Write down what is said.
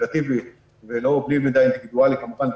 בלי מידע אינדיבידואלי כמובן,